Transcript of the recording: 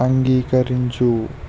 అంగీకరించు